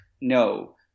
no